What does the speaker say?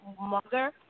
mother